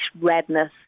redness